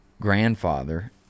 grandfather